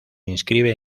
inscribe